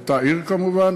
באותה עיר כמובן,